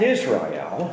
Israel